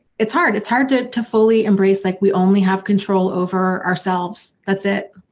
it's hard, it's hard to to fully embrace like we only have control over ourselves that's it.